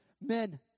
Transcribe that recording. Men